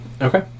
Okay